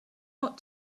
hot